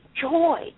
joy